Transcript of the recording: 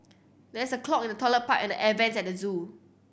there is a clog in the toilet pipe and the air vents at the zoo